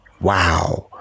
Wow